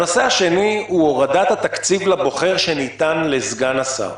הנושא השני הוא הורדת התקציב לבוחר שניתן לסגן השר.